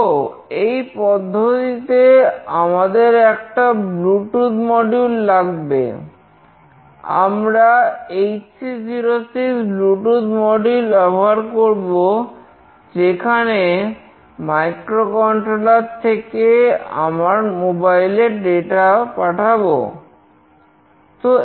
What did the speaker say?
তো এই পদ্ধতিতে আমাদের একটা ব্লুটুথ মডিউল এ পাঠাবো